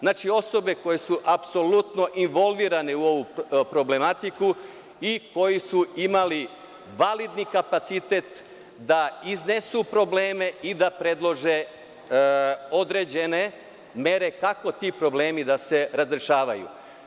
Znači, osobe koje su apsolutno involvirane u problematiku i koji su imali validni kapacitet da iznesu probleme i da predlože određene mere kako ti problemi da se razrešavaju.